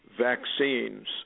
vaccines